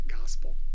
gospel